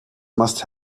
must